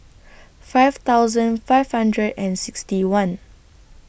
five thousand five hundred and sixty one